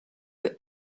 you